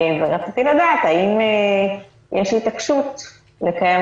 רציתי לדעת האם יש התעקשות לקיים